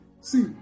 see